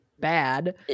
bad